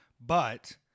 but-